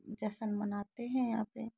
जश्न मानते हैं यहाँ पे